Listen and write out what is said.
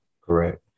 correct